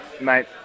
mate